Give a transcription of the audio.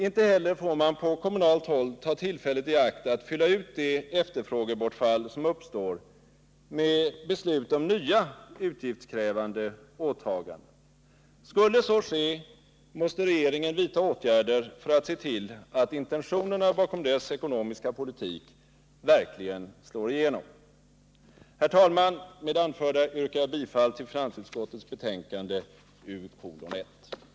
Inte heller får man på kommunalt håll ta tillfället i akt att fylla ut det efterfrågebortfall som uppstår med beslut om nya utgiftskrävande åtaganden. Skulle så ske, måste regeringen vidta åtgärder för att se till att intentionerna bakom dess ekonomiska politik verkligen slår igenom. Herr talman! Med det anförda yrkar jag bifall till finansutskottets hemställan i betänkande 1980 U:1.